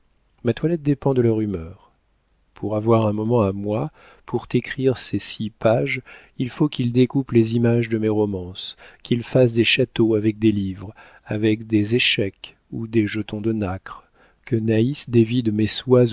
ma toilette dépend de leur humeur pour avoir un moment à moi pour t'écrire ces six pages il faut qu'ils découpent les images de mes romances qu'ils fassent des châteaux avec des livres avec des échecs ou des jetons de nacre que naïs dévide mes